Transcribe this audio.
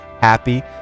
happy